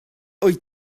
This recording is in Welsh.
wyt